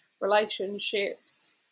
relationships